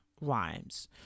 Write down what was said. Rhymes